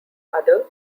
other